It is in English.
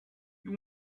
you